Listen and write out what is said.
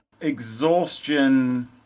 exhaustion